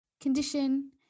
condition